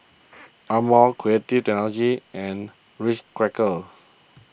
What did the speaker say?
Amore Creative Technology and Ritz Crackers